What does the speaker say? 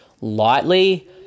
lightly